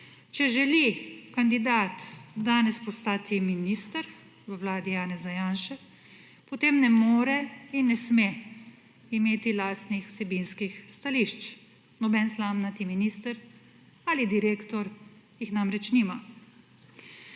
Če želi kandidat danes postati minister v vladi Janeza Janše, potem ne more in ne sme imeti lastnih vsebinskih stališč, noben slamnati minister ali direktor jih namreč nima.